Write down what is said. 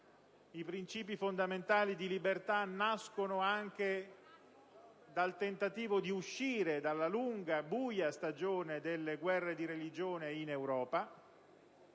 i principi fondamentali di libertà nacquero anche nel tentativo di uscire dalla lunga, buia stagione delle guerre di religione europee